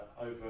over